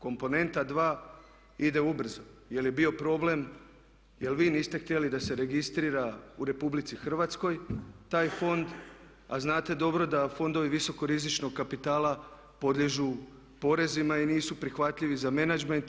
Komponenta 2. ide ubrzo jer je bio problem jer vi niste htjeli da se registrira u RH taj fond, a znate dobro da fondovi visoko rizičnog kapitala podliježu porezima i nisu prihvatljivi za menadžment.